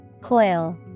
Coil